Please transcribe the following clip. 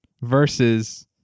versus